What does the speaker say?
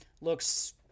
looks